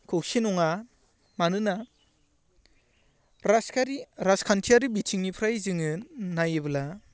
खौसे नङा मानोना राजखान्थियारि बिथिंनिफ्राय जोङो नायोबोला